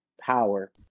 power